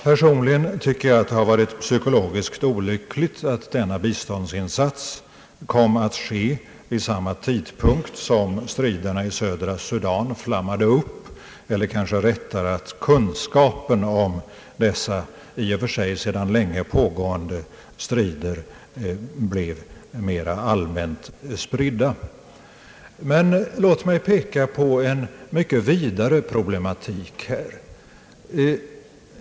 Personligen tycker jag att det var psykologiskt olyckligt att denna biståndsinsats kom att göras vid samma tidpunkt som striderna i södra Sudan flammade upp — eller kanske rättare sagt som kunskapen om dessa i och för sig sedan länge pågående strider blivit mera allmänt spridd. Men låt mig peka på en mycket vidare problematik.